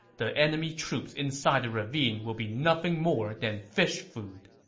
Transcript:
the enemy troops inside the ravine will be nothing more than fish food.